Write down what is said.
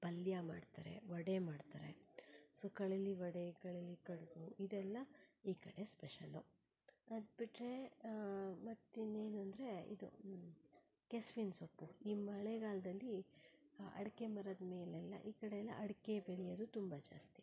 ಪಲ್ಯ ಮಾಡ್ತಾರೆ ವಡೆ ಮಾಡ್ತಾರೆ ಸೊ ಕಳಲೆ ವಡೆ ಕಳಲೆ ಕಡುಬು ಇದೆಲ್ಲ ಈ ಕಡೆ ಸ್ಪೆಷಲ್ಲು ಅದು ಬಿಟ್ಟರೆ ಮತ್ತಿನ್ನೇನಂದರೆ ಇದು ಕೆಸ್ವಿನ ಸೊಪ್ಪು ಈ ಮಳೆಗಾಲದಲ್ಲಿ ಅಡಿಕೆ ಮರದ ಮೇಲೆಲ್ಲ ಈ ಕಡೆ ಎಲ್ಲ ಅಡಿಕೆ ಬೆಳೆಯೋರು ತುಂಬ ಜಾಸ್ತಿ